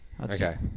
Okay